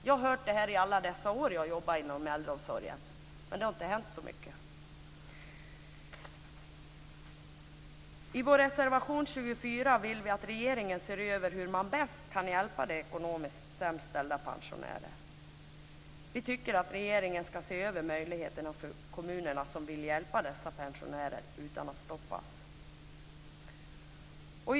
Jag har hört om detta under alla år som jag jobbat inom äldreomsorgen men det har inte hänt särskilt mycket. I reservation 24 säger vi att vi vill att regeringen ska se över hur man bäst kan hjälpa de ekonomiskt sämst ställda pensionärerna. Vi tycker att regeringen ska se över möjligheterna för de kommuner som vill hjälpa dessa pensionärer utan att bli stoppade.